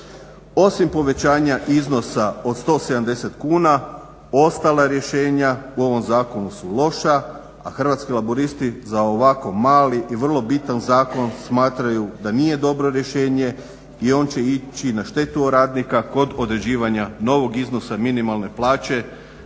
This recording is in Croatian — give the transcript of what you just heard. Osim povećanja iznosa od 170 kuna, ostala rješenja u ovom zakonu su loša, a Hrvatski laburisti za ovako mali i vrlo bitan zakon smatraju da nije dobro rješenje i on će ići na štetu radnika kod određivanja novog iznosa minimalne plaće